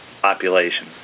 population